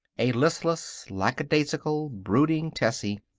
a listless, lackadaisical, brooding tessie.